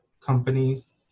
companies